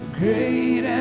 great